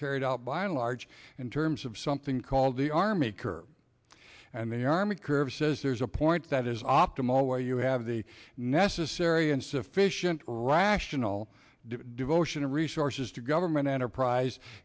carried out by a large in terms of something called the army curve and the army curve says there's a point that is optimal way you have the necessary and sufficient rational devotion and resources to government enterprise